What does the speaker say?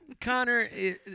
Connor